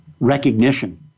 recognition